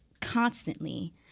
constantly –